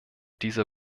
diese